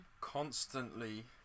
constantly